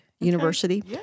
University